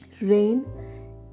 Rain